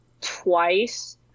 twice